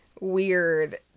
weird